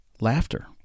Laughter